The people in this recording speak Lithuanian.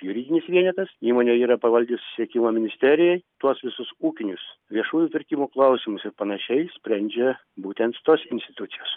juridinis vienetas įmonė yra pavaldi susisiekimo ministerijai tuos visus ūkinius viešųjų pirkimų klausimus ir panašiai sprendžia būtent tos institucijos